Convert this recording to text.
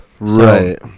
right